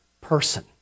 person